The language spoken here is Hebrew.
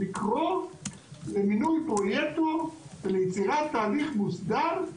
לקרוא למינוי פרויקטור וליצירת תהליך מוסדר.